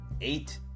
eight